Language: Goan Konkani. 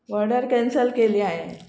वॉर्डर कॅन्सल केली हांयें